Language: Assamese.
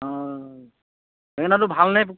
অঁ ঔটেঙাটো ভাল নে